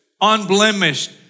unblemished